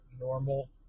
normal